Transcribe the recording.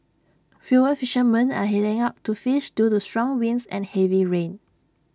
fewer fishermen are heading out to fish due to strong winds and heavy rain